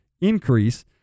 increase